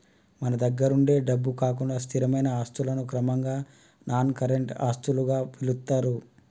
మన దగ్గరుండే డబ్బు కాకుండా స్థిరమైన ఆస్తులను క్రమంగా నాన్ కరెంట్ ఆస్తులుగా పిలుత్తారు